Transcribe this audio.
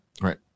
right